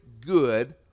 good